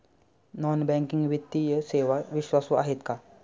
Non banking वित्तीय सेवा विश्वासू आहेत का?